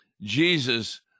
Jesus